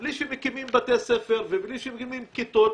בלי שמקימים בתי ספר ובלי שמקימים כיתות,